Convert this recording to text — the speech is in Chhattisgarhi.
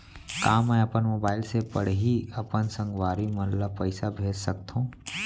का मैं अपन मोबाइल से पड़ही अपन संगवारी मन ल पइसा भेज सकत हो?